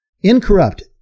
Incorrupt